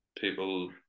people